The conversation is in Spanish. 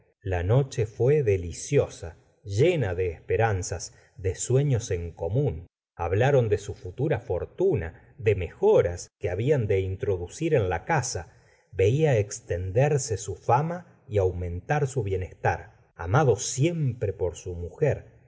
la noche fué deliciosa llena de esperanzas de sueños en común hablaron de su futura fortuna de mejoras que habían de introducir en la casa veía extenderse su fama y aumentar su bienestar amado siempre por su mujer